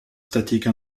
statiques